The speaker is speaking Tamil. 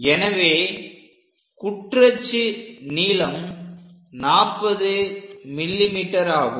எனவே குற்றச்சு நீளம் 40 mm ஆகும்